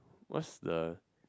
what's the